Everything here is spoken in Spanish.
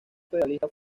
federalista